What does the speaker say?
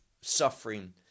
suffering